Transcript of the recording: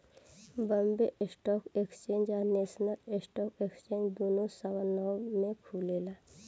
Bombay stock exchange आ national stock exchange दुनो सवा नौ में खुलेला